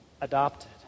adopted